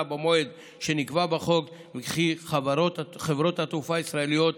במועד שנקבע בחוק וכי חברות התעופה הישראליות,